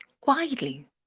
quietly